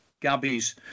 Gabby's